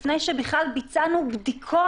כלומר, טעויות באיכון של השב"כ.